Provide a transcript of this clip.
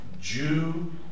Jew